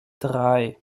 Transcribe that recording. drei